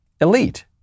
elite